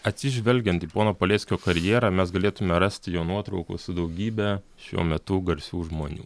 atsižvelgiant į pono paleckio karjerą mes galėtume rasti jo nuotraukų su daugybe šiuo metu garsių žmonių